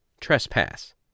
trespass